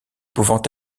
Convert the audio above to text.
pouvant